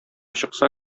чыкса